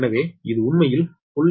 எனவே இது உண்மையில் 0